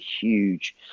huge